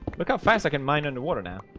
look how fast i can mine underwater now